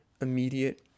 immediate